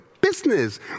business